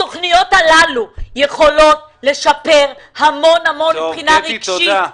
התכניות הללו יכולות לשפר המון מבחינה רגשית.